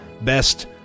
best